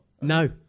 No